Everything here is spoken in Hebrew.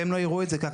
והם לא יראו את זה כך.